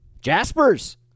Jasper's